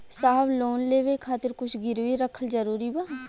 साहब लोन लेवे खातिर कुछ गिरवी रखल जरूरी बा?